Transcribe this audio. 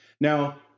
Now